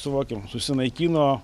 suvokim susinaikino